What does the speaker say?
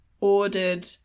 ordered